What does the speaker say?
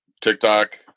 TikTok